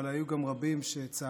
אבל היו גם רבים שצעקו,